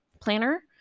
planner